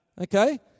Okay